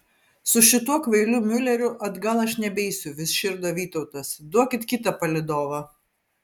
su šituo kvailiu miuleriu atgal aš nebeisiu vis širdo vytautas duokit kitą palydovą